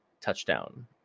touchdown